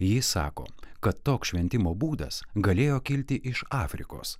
jis sako kad toks šventimo būdas galėjo kilti iš afrikos